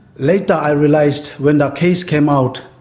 later i realised, when the case came out,